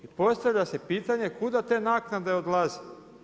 Postavlja se pitanje kuda te naknade odlaze?